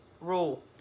rule